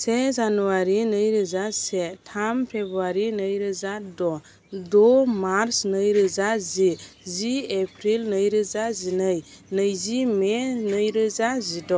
से जानुवारि नैरोजा से थाम फेब्रुवारि नैरोजा द' द' मार्च नैरोजा जि जि एप्रिल नैरोजा जिनै नैजि मे नैरोजा जिद'